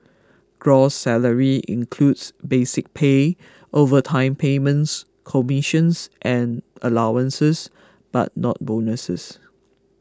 gross salary includes basic pay overtime payments commissions and allowances but not bonuses